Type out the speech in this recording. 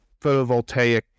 photovoltaic